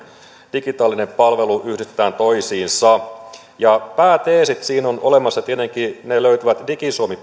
digitaalinen palvelu yhdistetään toisiinsa pääteesit siinä ovat löytyvät tietenkin digisuomi